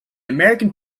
american